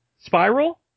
Spiral